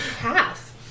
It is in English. Half